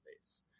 base